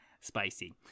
Spicy